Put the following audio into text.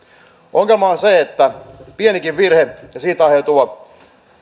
ongelma on se että pienikin virhe ja siitä aiheutuva